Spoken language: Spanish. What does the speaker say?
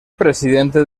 presidente